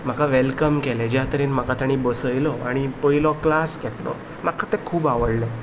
म्हाका वेलकम केलें ज्या तरेन म्हाका बसयलो आनी पयलो क्लास घेतलो म्हाका तें खूब आवडलें